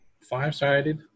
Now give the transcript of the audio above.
five-sided